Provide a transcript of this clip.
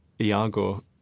Iago